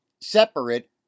separate